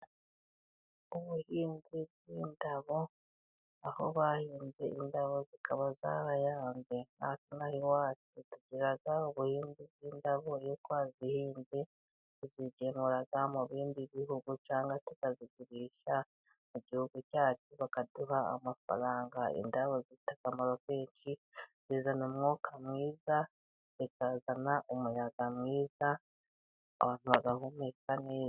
Ubuhinzi bw'indabo aho bahinze indabo zikaba zarayanze, natwe ino aha iwacu tugira ubuhinzi bw'indabo iyo twazihinze tuzigemura mu bindi bihugu, cyangwa tukazigurisha igihugu cyacu bakaduha amafaranga. Indabo zifite akamaro kenshi zizana umwuka mwiza zikazana umuyaga mwiza, abantu bagahumeka neza.